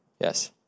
Yes